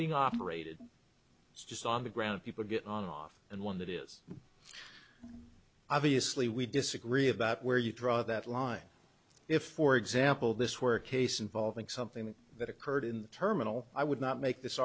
being operated it's just on the ground people get on and off and one that is obviously we disagree about where you draw that line if for example this were a case involving something that occurred in the terminal i would not make this